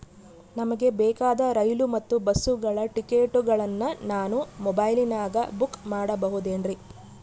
ನಮಗೆ ಬೇಕಾದ ರೈಲು ಮತ್ತ ಬಸ್ಸುಗಳ ಟಿಕೆಟುಗಳನ್ನ ನಾನು ಮೊಬೈಲಿನಾಗ ಬುಕ್ ಮಾಡಬಹುದೇನ್ರಿ?